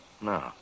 No